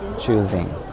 choosing